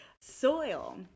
soil